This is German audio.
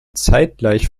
zeitgleich